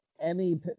Emmy